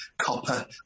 copper